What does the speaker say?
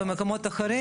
במקומות אחרים.